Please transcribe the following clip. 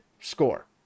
score